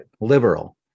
Liberal